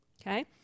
Okay